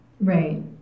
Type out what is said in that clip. right